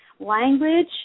language